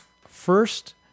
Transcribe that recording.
first